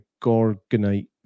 Gorgonite